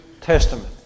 Testament